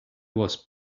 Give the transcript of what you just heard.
was